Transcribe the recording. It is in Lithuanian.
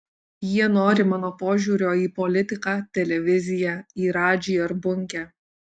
jie nori mano požiūrio į politiką televiziją į radžį ar bunkę